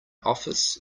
office